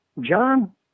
John